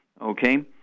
okay